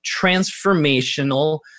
transformational